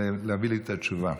להביא לי את התשובה.